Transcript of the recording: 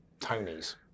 Tonys